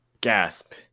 Gasp